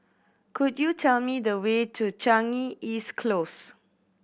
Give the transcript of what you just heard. could you tell me the way to Changi East Close